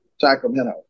Sacramento